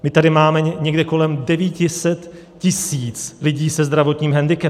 My tady máme někde kolem 900 tisíc lidí se zdravotním hendikepem.